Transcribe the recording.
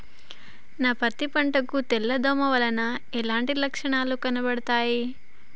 నా పత్తి పంట కు తెల్ల దోమ వలన ఎలాంటి లక్షణాలు కనబడుతాయి?